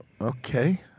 okay